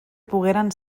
pogueren